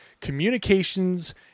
communications